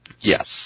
Yes